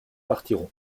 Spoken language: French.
partiront